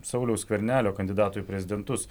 sauliaus skvernelio kandidato į prezidentus